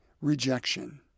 rejection